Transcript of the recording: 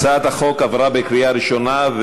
הצעת החוק עברה בקריאה ראשונה,